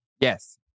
Yes